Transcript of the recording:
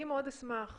אני מאוד אשמח